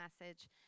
message